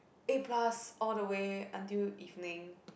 A plus all the way until evening